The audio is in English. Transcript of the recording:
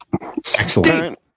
Excellent